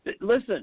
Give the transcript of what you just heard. Listen